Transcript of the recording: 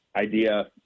idea